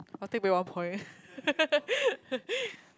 must take back one point